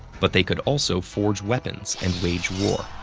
but they could also forge weapons and wage war.